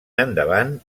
endavant